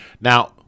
Now